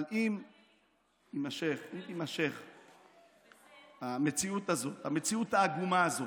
אבל אם תימשך המציאות הזאת, המציאות העגומה הזאת,